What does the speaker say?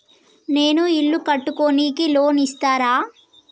నేను ఇల్లు కట్టుకోనికి లోన్ ఇస్తరా?